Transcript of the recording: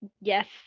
Yes